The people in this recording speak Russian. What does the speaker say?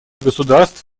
государств